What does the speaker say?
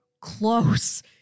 close